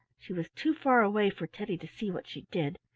she was too far away for teddy to see what she did,